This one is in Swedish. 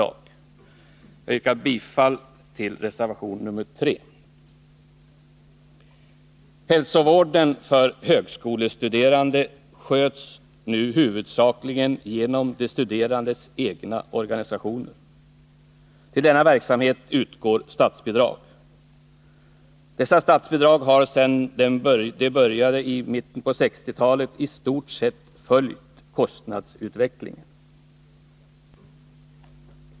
Jag yrkar bifall till reservation nr 3. Hälsovården för högskolestuderande sköts nu huvudsakligen genom de studerandes egna organisationer. Till denna verksamhet utgår statsbidrag. Dessa statsbidrag har sedan verksamheten började i mitten på 1960-talet i stort sett följt kostnadsutvecklingen.